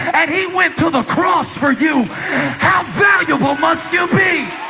and he went to the cross for you how valuable must you be